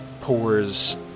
pours